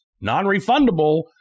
non-refundable